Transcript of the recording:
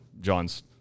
john's